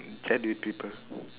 chat with people